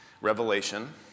Revelation